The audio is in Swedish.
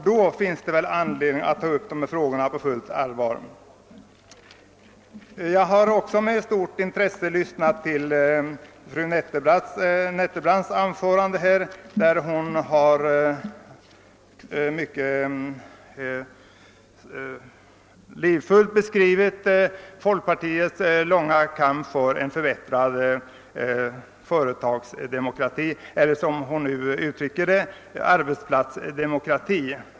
Då kommer det att finnas anledning att ta upp dessa frågor på fullt allvar. Jag har med stort intresse lyssnat till fru Nettelbrandts anförande, i vilket hon mycket livfullt har beskrivit folkpartiets långa kamp för en förbättrad företagsdemokrati eller — som hon nu uttrycker det — arbetsplatsdemokrati.